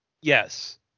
Yes